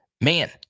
man